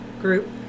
group